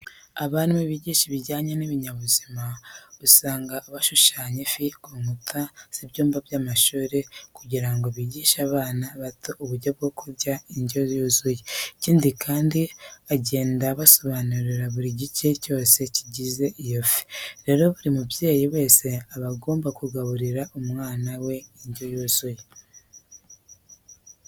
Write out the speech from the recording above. Abarimu bigisha ibijyanye n'ibinyabuzima, usanga bashushanya ifi ku nkuta z'ibyumba by'amashuri kugira ngo bigishe abana bato uburyo bwo kurya indyo yuzuye. Ikindi kandi, agenda abasobanurira buri gice cyose kigize iyo fi. Rero buri mubyeyi wese aba agomba kugaburira umwana we indyo yuzuye.